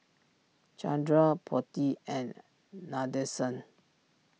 Chandra Potti and Nadesan